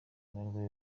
amahirwe